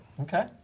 okay